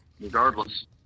regardless